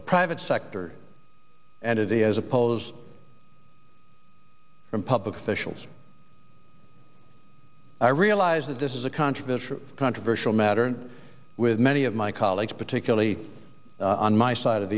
a private sector and it is opposed public officials i realize that this is a controversial controversial matter with many of my colleagues particularly on my side of